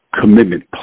commitment